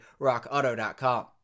RockAuto.com